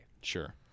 Sure